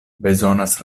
bezonas